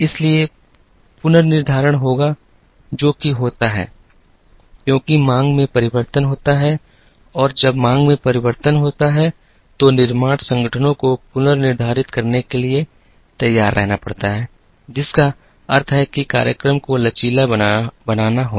इसलिए पुनर्निर्धारण होगा जो कि होता है क्योंकि मांग में परिवर्तन होता है और जब मांग में परिवर्तन होता है तो निर्माण संगठनों को पुनर्निर्धारित करने के लिए तैयार रहना पड़ता है जिसका अर्थ है कि कार्यक्रम को लचीला बनाना होगा